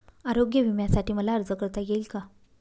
आरोग्य विम्यासाठी मला अर्ज करता येईल का?